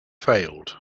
failed